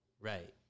Right